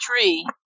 tree